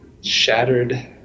shattered